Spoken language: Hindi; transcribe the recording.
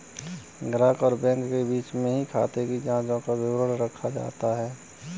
ग्राहक और बैंक के बीच में ही खाते की जांचों का विवरण रखा जाता है